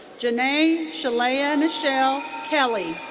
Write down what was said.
ja'nae sheyla-nichelle kelly.